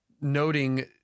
noting